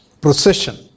procession